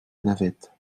navette